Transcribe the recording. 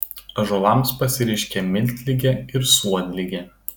ąžuolams pasireiškia miltligė ir suodligė